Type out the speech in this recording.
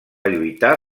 lluitar